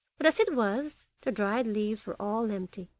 but, as it was, the dried leaves were all empty,